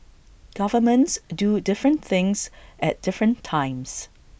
governments do different things at different times